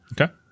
Okay